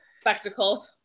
spectacle